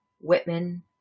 Whitman